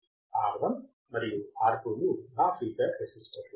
R1 మరియు R2 లు నా ఫీడ్ బ్యాక్ రెసిస్టర్లు